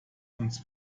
uns